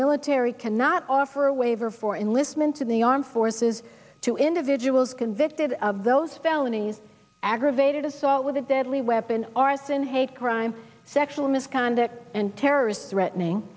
military cannot offer a waiver for enlistment in the armed forces to individuals convicted of those felony aggravated assault with a deadly weapon arson hate crime sexual misconduct and terrorists threatening